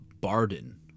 barden